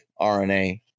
RNA